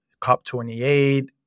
COP28